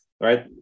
Right